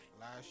Last